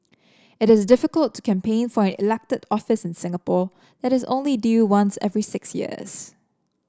it is difficult to campaign for an elected office in Singapore that is only due once every six years